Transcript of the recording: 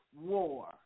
war